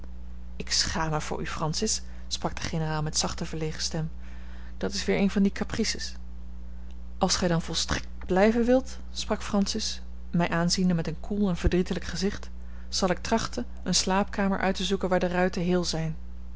ik schaam mij voor u francis sprak de generaal met zachte verlegene stem dat is weer een van die caprices als gij dan volstrekt blijven wilt sprak francis mij aanziende met een koel en verdrietelijk gezicht zal ik trachten eene slaapkamer uit te zoeken waar de ruiten heel zijn